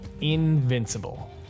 Invincible